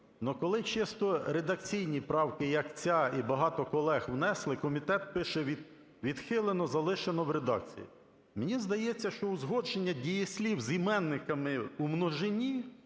Но коли чисто редакційні правки як ця і багато колег внесли, комітет пише: "Відхилено, залишено в редакції". Мені здається, що узгодження дієслів з іменниками у множині